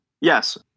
yes